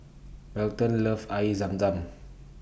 Belton loves Air Zam Zam